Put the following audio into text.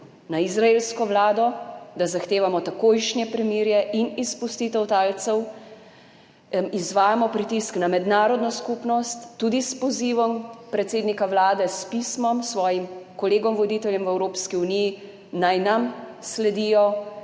na izraelsko vlado, da zahtevamo takojšnje premirje in izpustitev talcev, izvajamo pritisk na mednarodno skupnost, tudi s pozivom predsednika Vlade s pismom svojim kolegom voditeljem v Evropski uniji, naj nam sledijo